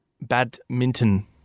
Badminton